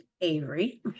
Avery